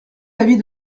l’avis